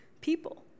people